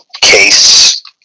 Case